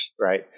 right